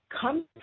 come